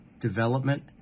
development